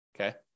okay